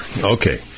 Okay